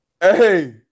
hey